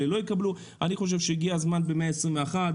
אלה לא יקבלו אני חושב שהגיע הזמן במאה ה-21,